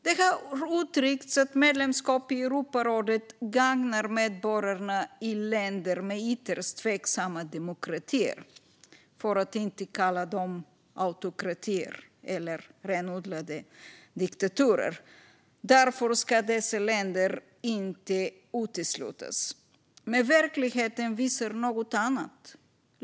Det har uttryckts att medlemskap i Europarådet gagnar medborgarna i länder med ytterst tveksamma demokratier - för att inte kalla dem autokratier eller renodlade diktaturer - och att dessa länder därför inte ska uteslutas. Men verkligheten visar något annat.